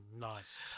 nice